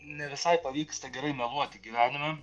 ne visai pavyksta gerai meluoti gyvenime